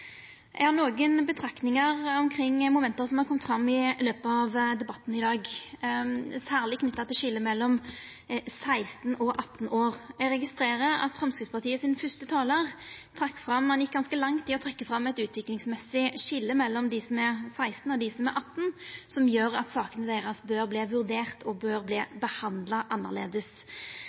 Eg har nokre betraktningar omkring moment som er komne fram i løpet av debatten i dag, særleg knytte til skiljet mellom 16 og 18 år. Eg registrerer at den fyrste talaren frå Framstegspartiet gjekk ganske langt i å trekkja fram eit utviklingsmessig skilje mellom dei som er 16 og dei som er 18 år, som gjer at sakene deira bør verta vurderte og behandla